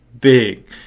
big